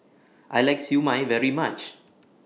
I like Siew Mai very much